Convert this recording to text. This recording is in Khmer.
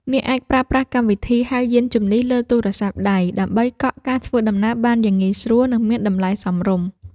អ្នកអាចប្រើប្រាស់កម្មវិធីហៅយានជំនិះលើទូរស័ព្ទដៃ ដើម្បីកក់ការធ្វើដំណើរបានយ៉ាងងាយស្រួល និងមានតម្លៃសមរម្យ។